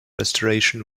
restoration